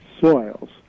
soils